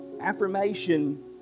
Affirmation